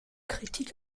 kritik